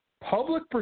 public